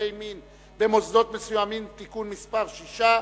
מין במוסדות מסוימים (תיקון מס' 6)